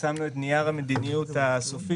פרסמנו את נייר המדיניות הסופי,